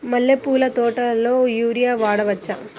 మల్లె పూల తోటలో యూరియా వాడవచ్చా?